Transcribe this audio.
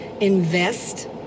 invest